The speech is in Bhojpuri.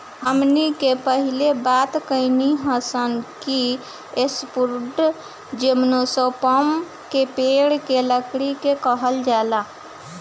हमनी के पहिले बात कईनी हासन कि सॉफ्टवुड जिम्नोस्पर्म के पेड़ के लकड़ी के कहल जाला